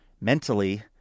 mentally